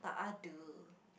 tak ada